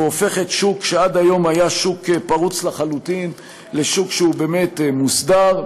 והופכת שוק שעד היום היה פרוץ לחלוטין לשוק שהוא באמת מוסדר,